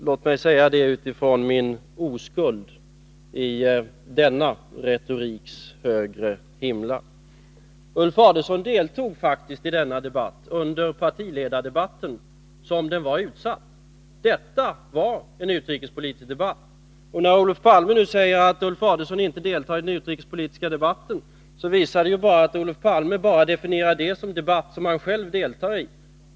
Låt mig säga detta utifrån min oskuld i denna retoriks högre himlar. Ulf Adelsohn deltog faktiskt i denna debatt i partiledaravsnittet, som det var utsatt. Det var en utrikespolitisk debatt. Och när Olof Palme säger att Ulf Adelsohn inte deltar i den utrikespolitiska debatten, visar det bara att Olof Palme definierar som debatt bara det som han själv deltar i.